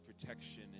protection